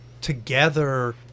together